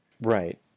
Right